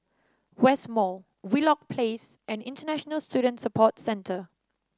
West Mall Wheelock Place and International Student Support Centre